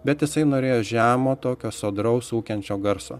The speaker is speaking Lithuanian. bet jisai norėjo žemo tokio sodraus ūkiančio garso